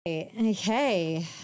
Okay